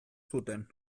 zuten